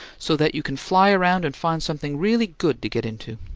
so that you can fly around and find something really good to get into.